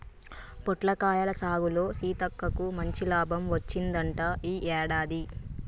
పొట్లకాయల సాగులో సీతక్కకు మంచి లాభం వచ్చిందంట ఈ యాడాది